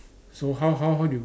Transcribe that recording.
so how how how do you